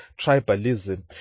tribalism